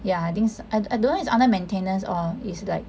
yeah I think I don't know is under maintenance or is like